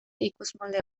ikusmolde